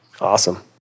Awesome